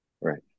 right